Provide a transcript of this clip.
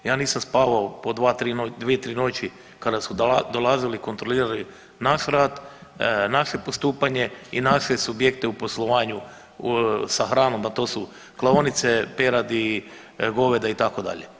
Ja nisam spavao po 2, 3 noći kada su dolazili, kontrolirali naš rad, naše postupanje i naše subjekte u poslovanju sa hranom, a to su klaonice peradi, goveda itd.